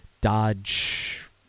Dodge